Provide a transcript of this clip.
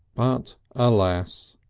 but alas!